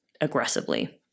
aggressively